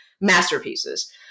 masterpieces